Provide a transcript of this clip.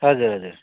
हजुर हजुर